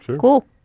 Cool